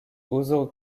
uzo